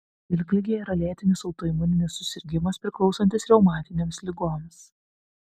vilkligė yra lėtinis autoimuninis susirgimas priklausantis reumatinėms ligoms